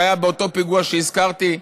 שהיה באותו פיגוע שהזכרתי,